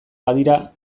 badira